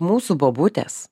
mūsų bobutės